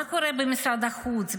מה קורה במשרד החוץ?